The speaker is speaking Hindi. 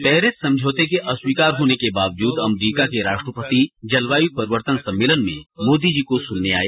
पेरिस समझौते के अस्वीकार होने के बावजूद अमरीका के राष्ट्रपति जलवायु परिवर्तन पर सम्मेलन में मोदी जी को सुनने आए